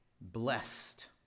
blessed